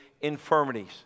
infirmities